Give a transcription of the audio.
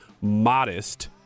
modest